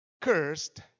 cursed